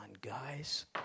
guys